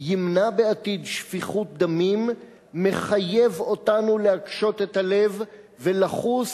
ימנע בעתיד שפיכת דמים מחייב אותנו להקשות את הלב ולחוס